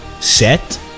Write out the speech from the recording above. set